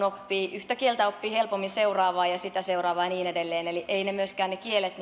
oppii yhtä kieltä oppii helpommin seuraavaa ja ja sitä seuraavaa ja niin edelleen eli ei kieliä myöskään